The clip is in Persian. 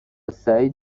سعید